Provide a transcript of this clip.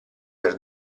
per